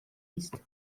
ist